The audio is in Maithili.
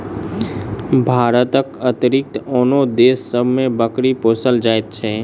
भारतक अतिरिक्त आनो देश सभ मे बकरी पोसल जाइत छै